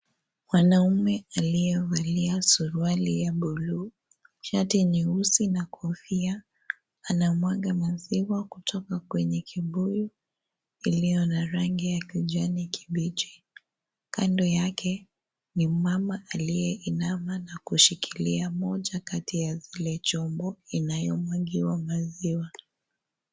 Mwanaume aliyevalia suruali ya bluu, shati nyeusi na Kofia anamwaga maziwa kutoka Kwenye kibuyu iliyo na rangi ya kijani kibichi. Kando yake ni mama aliyeinama na kushikilia moja Kati ya ile chombo inayomwagiwa maziwa.